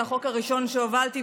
זהו החוק הראשון שהובלתי,